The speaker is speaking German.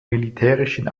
militärischen